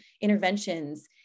interventions